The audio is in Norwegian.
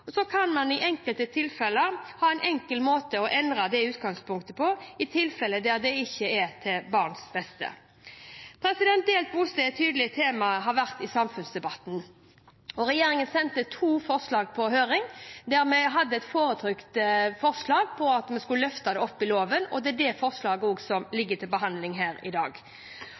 tilfeller der det ikke er til barnets beste. Delt bosted har vært et tydelig tema i samfunnsdebatten. Regjeringen sendte to forslag på høring, der vi hadde et foretrukket forslag om at vi skulle løfte det opp i loven, og det er også det forslaget som ligger til behandling her i dag.